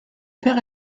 père